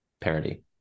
Parody